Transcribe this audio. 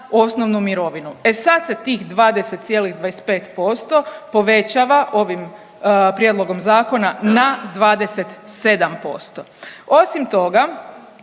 osnovnu mirovinu. E sad se tih 20,25% povećava ovim prijedlogom zakona na 27%. Osim toga,